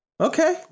Okay